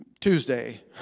Tuesday